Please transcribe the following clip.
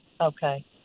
okay